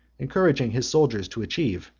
encouraging his soldiers to achieve,